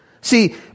See